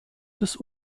des